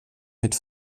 mit